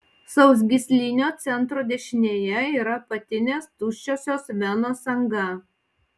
sausgyslinio centro dešinėje yra apatinės tuščiosios venos anga